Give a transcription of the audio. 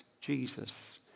Jesus